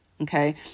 Okay